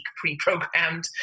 pre-programmed